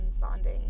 bonding